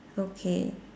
okay